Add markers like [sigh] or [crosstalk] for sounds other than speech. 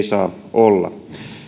[unintelligible] saa olla